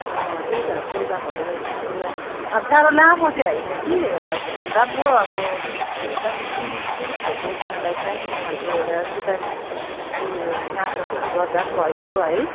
अँ त्यही त प्रोग्रामहरू एउटा अब साह्रो लामो चाहिँ होइन कि हजुर राम्रो अब एकदम मिनिङफुल खालको उनीहरूलाई चाहिने खालको एउटा कि त नाटकहरू गर्दा पनि भयो है